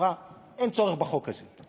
אמרה שאין צורך בחוק הזה.